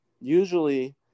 usually